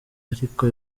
ariko